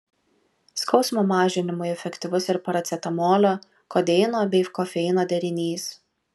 skausmo mažinimui efektyvus ir paracetamolio kodeino bei kofeino derinys